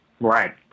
Right